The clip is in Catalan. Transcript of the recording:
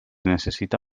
necessita